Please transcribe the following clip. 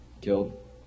killed